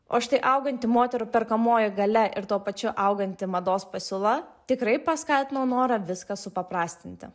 o štai auganti moterų perkamoji galia ir tuo pačiu auganti mados pasiūla tikrai paskatino norą viską supaprastinti